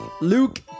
Luke